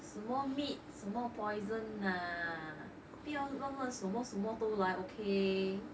什么 meat 什么 poison nah 不要乱乱什么什么都来 okay